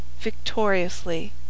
victoriously